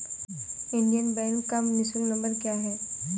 Indian Bank का निःशुल्क number क्या है?